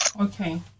okay